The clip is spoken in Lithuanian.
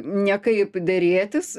niekaip derėtis